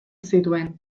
zituen